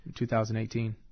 2018